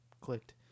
clicked